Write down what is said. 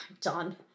done